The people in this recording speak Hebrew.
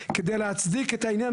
כדי להצדיק את העניין,